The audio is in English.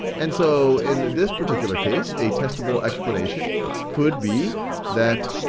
and so, in this particular case, a testable explanation could be that,